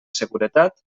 seguretat